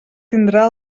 tindrà